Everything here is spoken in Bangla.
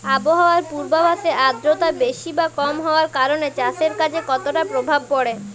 আবহাওয়ার পূর্বাভাসে আর্দ্রতা বেশি বা কম হওয়ার কারণে চাষের কাজে কতটা প্রভাব পড়ে?